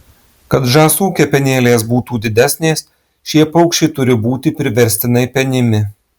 kad žąsų kepenėlės būtų didesnės šie paukščiai turi būti priverstinai penimi